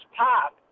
pop